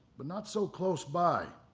but not so close by.